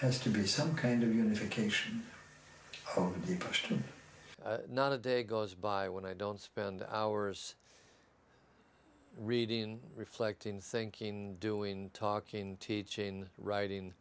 has to be some kind of unification not a day goes by when i don't spend hours reading reflecting thinking doing talking teaching in writing